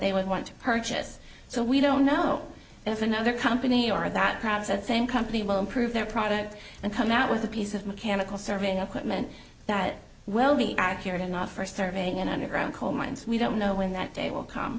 they would want to purchase so we don't know if another company or that crowd said same company will improve their product and come out with a piece of mechanical serving up meant that will be accurate enough for surveying and underground coal mines we don't know when that day will come